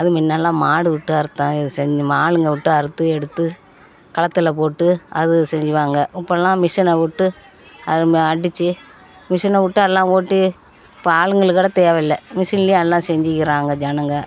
அதுவும் முன்னெல்லாம் மாடு விட்டு அறுத்தோம் இது செஞ்ச ஆளுங்க விட்டு அறுத்து எடுத்து களத்தில் போட்டு அது செய்வாங்க இப்போல்லாம் மிஷினை விட்டு அது அடித்து மிஷினை விட்டு எல்லாம் ஓட்டி இப்போ ஆளுகள கூட தேவை இல்லை மிஷின்லேயே எல்லாம் செஞ்சுக்கிறாங்க ஜனங்கள்